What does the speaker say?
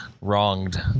wronged